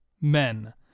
men